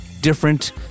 different